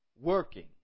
working